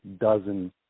dozen